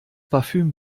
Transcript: parfüm